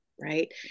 right